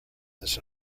this